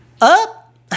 up